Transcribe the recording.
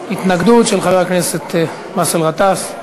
התנגדות של חבר הכנסת באסל גטאס.